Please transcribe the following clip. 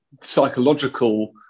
psychological